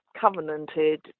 covenanted